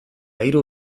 hiru